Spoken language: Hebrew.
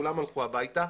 כולם הלכו הביתה.